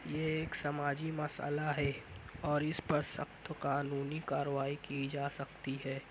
یہ ایک سماجی مسئلہ ہے اور اس پر سخت قانونی کارروائی کی جا سکتی ہے